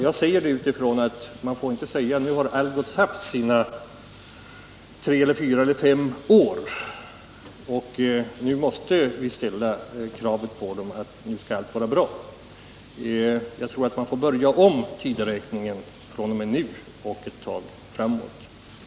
Jag säger det utifrån den uppfattningen att man inte får hävda att Algots har haft sina tre, fyra eller fem år på sig och att vi nu måste ställa kravet på dem att nu bör alla problem vara lösta. Jag tror att man får börja inkörningstideräkningen fr.o.m. nu och ett par år framåt.